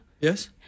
Yes